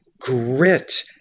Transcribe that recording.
grit